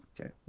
Okay